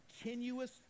continuous